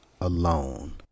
alone